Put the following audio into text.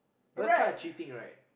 but is kind cheating right